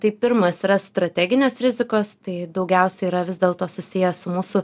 tai pirmas yra strateginės rizikos tai daugiausia yra vis dėlto susiję su mūsų